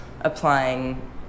applying